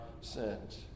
sins